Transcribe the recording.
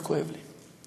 זה כואב לי.